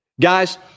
Guys